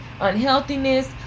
unhealthiness